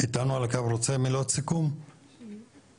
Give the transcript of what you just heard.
איתנו על הקו, רוצה מילות סיכום, בבקשה.